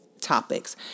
topics